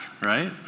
right